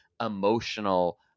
emotional